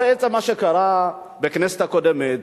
זה בעצם מה שקרה בכנסת הקודמת,